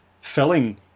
filling